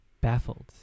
baffled